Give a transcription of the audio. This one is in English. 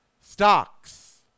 stocks